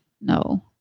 No